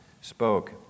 spoke